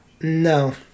No